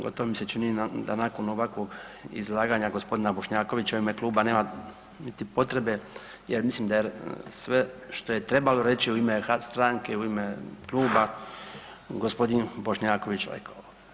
Gotovo mi se čini da nakon ovakvog izlaganja gospodina Bošnjakovića u ime kluba nema niti potrebe, jer mislim da je sve što je trebalo reći u ime stranke, u ime kluba gospodin Bošnjaković rekao.